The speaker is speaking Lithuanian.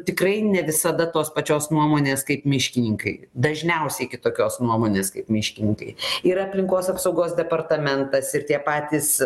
tikrai ne visada tos pačios nuomonės kaip miškininkai dažniausiai kitokios nuomonės kaip miškininkai ir aplinkos apsaugos departamentas ir tie patys